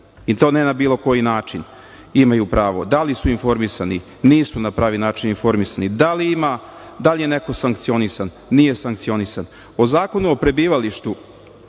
i to ne na bilo koji način? Imaju pravo. Da li su informisani? Nisu na pravi način informisani. Da li je neko sankcionisan? Nije sankcionisan. Po Zakonu o prebivalištu,